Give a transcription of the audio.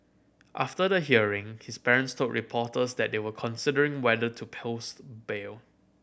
after the hearing his parents told reporters that they were considering whether to post bail